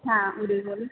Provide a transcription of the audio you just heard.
હા બોલું